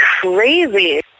crazy